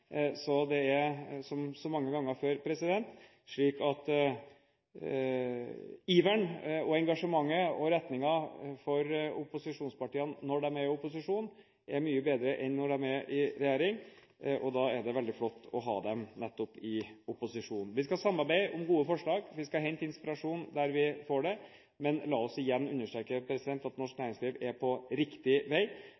så det er slik – som så mange ganger før – at iveren, engasjementet og retningen for opposisjonspartiene er mye bedre når de er i opposisjon enn når de er i regjering, og da er det veldig flott å ha dem nettopp i opposisjon. Vi skal samarbeide om gode forslag, vi skal hente inspirasjon der vi får det, men la oss igjen understreke at norsk